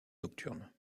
nocturne